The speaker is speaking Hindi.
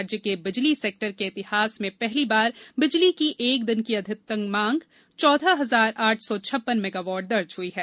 राज्य के बिजली सेक्टर के इतिहास में पहली बार बिजली की एक दिन की अधिकतम मांग चौदह हजार आठ सौ छप्पन मेगावाट दर्ज हुई है